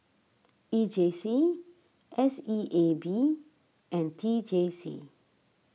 E J C S E A B and T J C